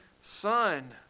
son